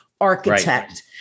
architect